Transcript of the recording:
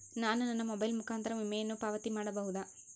ನಾನು ನನ್ನ ಮೊಬೈಲ್ ಮುಖಾಂತರ ವಿಮೆಯನ್ನು ಪಾವತಿ ಮಾಡಬಹುದಾ?